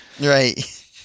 Right